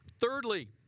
Thirdly